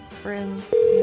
friends